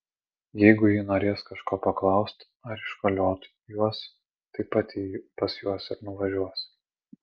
jeigu ji norės kažko paklaust ar iškoliot juos tai pati pas juos ir nuvažiuos